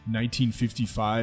1955